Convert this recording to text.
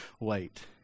wait